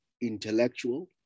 intellectual